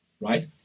right